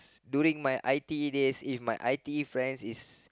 during my I_T_E days if my I_T_E friends is